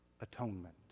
atonement